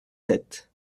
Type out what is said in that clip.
sept